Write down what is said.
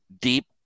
deep